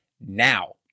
now